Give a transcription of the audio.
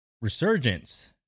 Resurgence